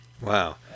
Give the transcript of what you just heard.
wow